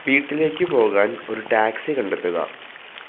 വീട്ടിലേക്ക് പോകാൻ ഒരു ടാക്സി കണ്ടെത്തുക